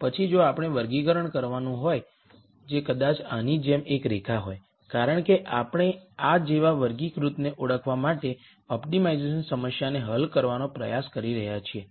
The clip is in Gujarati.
પછી જો આપણે વર્ગીકરણ કરવાનું હોય જે કદાચ આની જેમ એક રેખા હોય કારણ કે આપણે આ જેવા વર્ગીકૃતને ઓળખવા માટે ઓપ્ટિમાઇઝેશન સમસ્યાને હલ કરવાનો પ્રયાસ કરી રહ્યાં છીએ